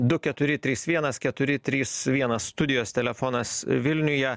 du keturi trys vienas keturi trys vienas studijos telefonas vilniuje